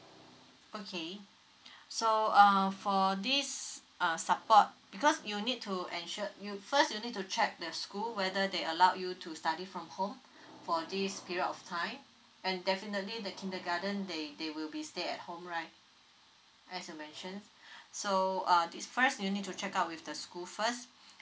okay so uh for this uh support because you need to ensure you first you need to check the school whether they allowed you to study from home for this period of time and definitely the kindergarten they they will be stay at home right as you mentioned so uh this first you need to check out with the school first